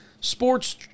sports